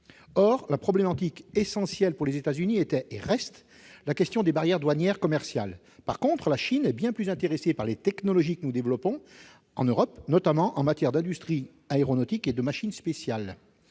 Or la problématique essentielle pour les États-Unis était et reste celle des barrières douanières commerciales. En revanche, la Chine est bien plus intéressée par les technologies que nous développons en Europe, notamment en matière d'industrie aéronautique et de machines spécialisées,